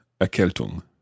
erkältung